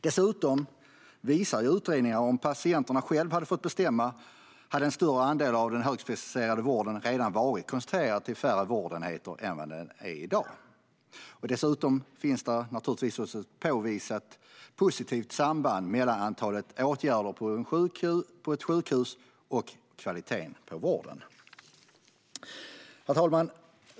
Dessutom visar utredningar att om patienterna själva hade fått bestämma hade en större andel av den högspecialiserade vården redan varit koncentrerad till färre vårdenheter än vad den är i dag. Dessutom finns det ett påvisat positivt samband mellan antalet åtgärder på ett sjukhus och kvaliteten på vården. Herr talman!